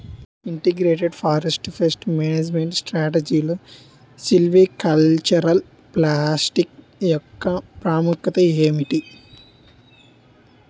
Integrated forest pest management స్ట్రాటజీలో silvicultural practice యెక్క ప్రాముఖ్యత ఏమిటి??